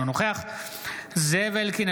אינו נוכח זאב אלקין,